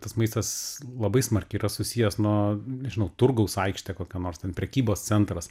tas maistas labai smarkiai yra susijęs nuo nežinau turgaus aikštė kokia nors ten prekybos centras